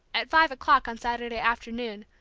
at five o'clock on saturday afternoon,